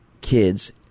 kids